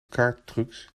kaarttrucs